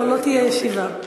אם לא תדבר לא תהיה ישיבה.